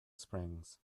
springs